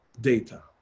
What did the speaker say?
data